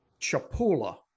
Chapula